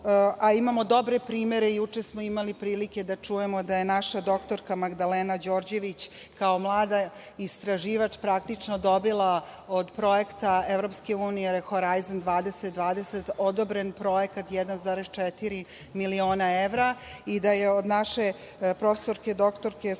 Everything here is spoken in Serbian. a imamo dobre primere, i juče smo imali prilike da čujemo da je naša doktorka Magdalena Đorđević, kao mladi istraživač, praktično dobila od projekta EU „Horajzena 2020“ odobren projekat 1,4 miliona evra i da je od naše prof. dr Sofije